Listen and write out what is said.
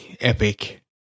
Epic